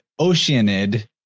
Oceanid